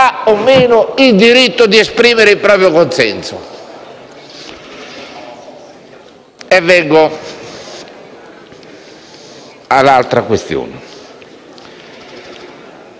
ha o no il diritto ad esprimere il proprio consenso? Vengo all'altra questione: